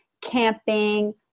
camping